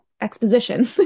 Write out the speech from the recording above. exposition